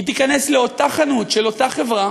היא תיכנס לאותה חנות של אותה חברה